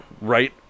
right